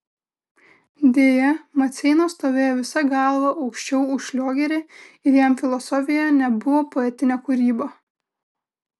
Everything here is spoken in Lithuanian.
deja maceina stovėjo visa galva aukščiau už šliogerį ir jam filosofija nebuvo poetinė kūryba